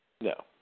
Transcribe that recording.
No